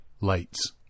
lights